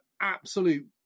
absolute